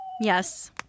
Yes